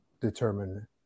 determine